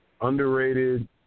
Underrated